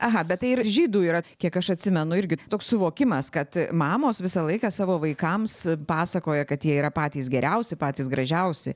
aha bet tai ir žydų yra kiek aš atsimenu irgi toks suvokimas kad mamos visą laiką savo vaikams pasakoja kad jie yra patys geriausi patys gražiausi